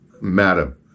Madam